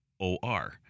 O-R